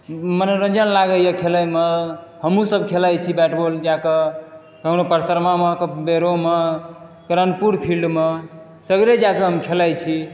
मनोरंजन लागैया खेलैमे हमहूँ सब खेलाइ छी बैट बॉल जाकऽ कखनो परसनमा मे बेरो मे करणपुर फील्ड मे सगरे जाके हम खेलाइ छी